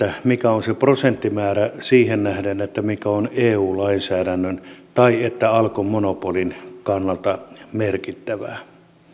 mikä on se prosenttimäärä siihen nähden mikä on eu lainsäädännön tai alkon monopolin kannalta merkittävää